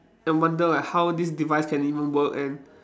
and wonder like how this device can even work and